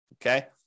Okay